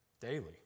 daily